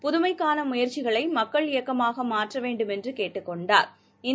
புதுமைக்கானமுயற்சிகளைமக்கள் இயக்கமாகமாற்றவேண்டுமென்றுகேட்டுக் கொண்டாா்